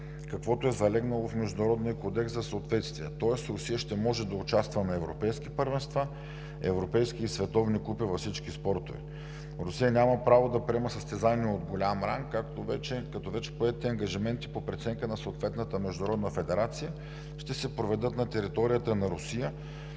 каквото е залегнало в Международния кодекс за съответствия, тоест Русия ще може да участва на европейски първенства, европейски и световни купи във всички спортове. Русия няма право да приема състезания от голям ранг, като вече поетите ангажименти по преценка на съответната международна федерация ще се проведат на територията на Русия,